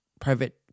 private